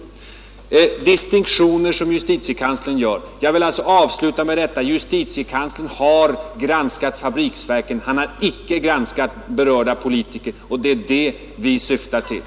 När det gäller distinktioner som justitiekanslern gör vill jag avsluta med att säga: Justitiekanslern har granskat fabriksverken. Han har icke granskat berörda politiker, och det är detta vi syftar till.